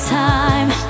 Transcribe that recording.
time